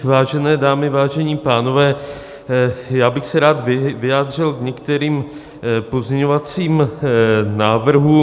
Vážené dámy, vážení pánové, já bych se rád vyjádřil k některým pozměňovacím návrhům.